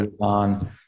on